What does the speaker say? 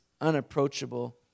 unapproachable